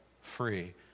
free